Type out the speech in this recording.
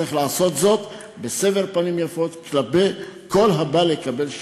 צריך לעשות זאת בסבר פנים יפות כלפי כל הבא לקבל שירות.